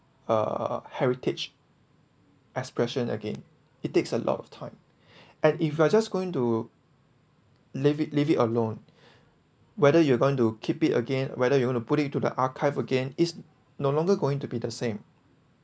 uh heritage expression again it takes a lot of time and if you are just going to leave it leave it alone whether you're going to keep it again whether you want to put it to the archive again is no longer going to be the same